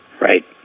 Right